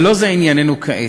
ולא זה ענייננו כעת.